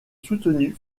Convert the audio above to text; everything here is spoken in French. soutenue